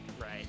Right